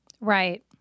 Right